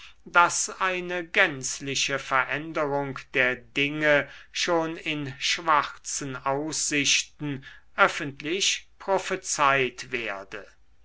daß eine gänzliche veränderung der dinge schon in schwarzen aussichten öffentlich prophezeit werde